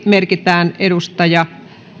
merkitään edustaja